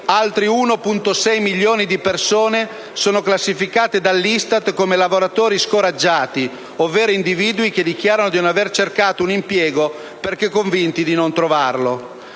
Altri 1,6 milioni di persone sono classificate dall'ISTAT come lavoratori scoraggiati, ovvero individui che dichiarano di non aver cercato un impiego perché convinti di non trovarlo.